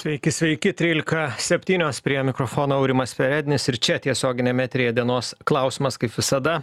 sveiki sveiki trylika septynios prie mikrofono aurimas perednis ir čia tiesioginiam eteryje dienos klausimas kaip visada